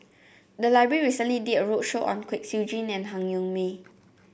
the library recently did a roadshow on Kwek Siew Jin and Han Yong May